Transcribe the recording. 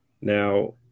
Now